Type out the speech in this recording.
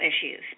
issues